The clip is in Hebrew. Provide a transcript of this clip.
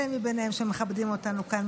אלה מהם שמכבדים אותנו כאן,